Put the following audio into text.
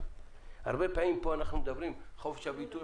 הרבה פעמים אנחנו מדברים פה על חופש הביטוי,